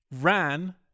ran